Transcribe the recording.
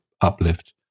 uplift